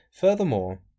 furthermore